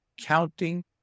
counting